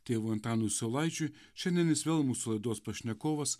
tėvui antanui saulaičiui šiandien jis vėl mūsų laidos pašnekovas